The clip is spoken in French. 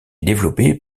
développé